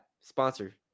Sponsor